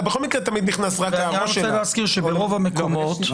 צריך להזכיר שברוב המקומות,